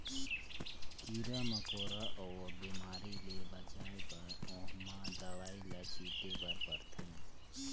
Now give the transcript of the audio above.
कीरा मकोरा अउ बेमारी ले बचाए बर ओमहा दवई ल छिटे बर परथे